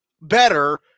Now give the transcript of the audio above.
better